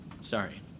Sorry